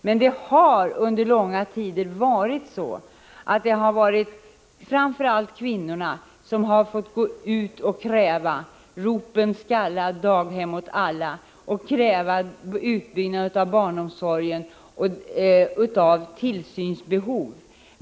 Men under lång tid har framför allt kvinnorna fått gå ut och kräva utbyggnad av barnomsorgen, kräva att tillsynsbehovet skall tillgodoses. Vi minns slagorden: Ropen skalla, daghem åt alla.